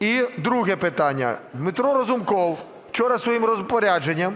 І друге питання. Дмитро Разумков вчора своїм розпорядженням